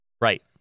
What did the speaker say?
Right